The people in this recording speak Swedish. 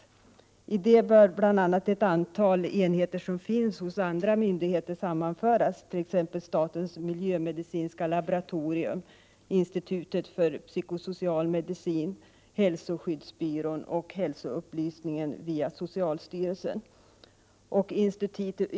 I det institutet bör bl.a. ett antal enheter som finns hos andra myndigheter sammanföras, t.ex. statens miljömedicinska laboratorium, institutet för psykosocial medicin, hälsoskyddsbyrån och hälsoupplysningen via socialstyrelsen.